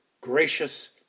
gracious